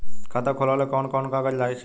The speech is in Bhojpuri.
खाता खोलेला कवन कवन कागज चाहीं?